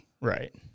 right